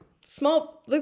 small